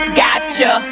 gotcha